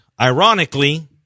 ironically